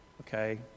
okay